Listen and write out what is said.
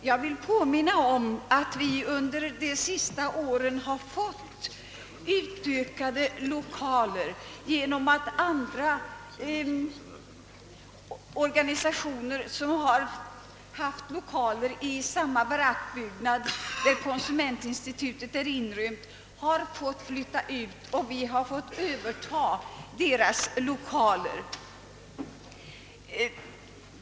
Jag vill påminna om att vi under de senaste åren har fått större utrymmen genom att andra organisationer, som haft sin verksamhet förlagd i samma barackbyggnad som konsumentinstitutet, har fått flytta ut och vi har fått överta deras lokaler.